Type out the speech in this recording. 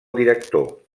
director